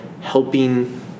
Helping